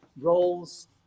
roles